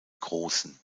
großen